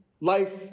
life